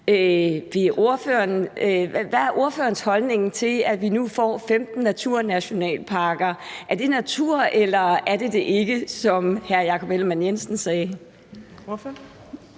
Hvad er ordførerens holdning til, at vi nu får 15 naturnationalparker? Er det natur, eller er det det ikke, som hr. Jakob Ellemann-Jensen sagde?